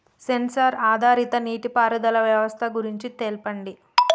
Censor ఆధారిత నీటిపారుదల వ్యవస్థ గురించి తెల్పండి?